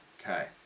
Okay